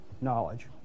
knowledge